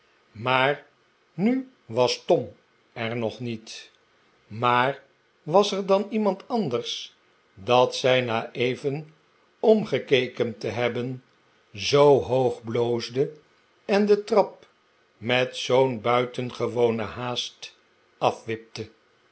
maar nu was tom er nog niet maar was er dan iemand anders dat zij na even omgekeken te hebben zoo hoog bloosde en de trap met zoo'n buitengewone haast afwipte